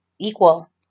equal